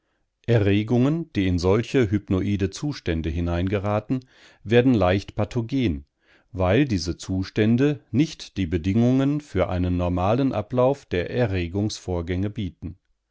erregungen die in solche hypnoide zustände hineingeraten werden leicht pathogen weil diese zustände nicht die bedingungen für einen normalen ablauf der erregungsvorgänge bieten